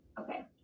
Okay